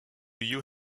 you